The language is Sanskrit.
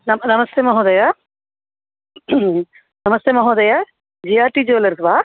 नम नमस्ते महोदय नमस्ते महोदय जि आर् टि ज्युवेलर्स् वा